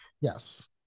Yes